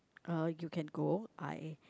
uh you can go I